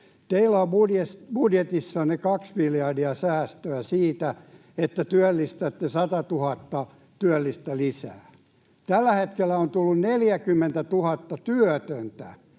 Teillä on budjetissanne kaksi miljardia säästöä siitä, että työllistätte satatuhatta työllistä lisää. Tällä hetkellä on tullut